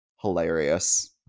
hilarious